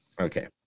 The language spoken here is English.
okay